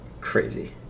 Crazy